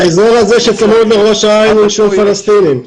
באזור הזה שצמוד לראש העין הוא אישור פלסטיני.